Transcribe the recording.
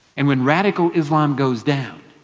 and when radical islam goes down,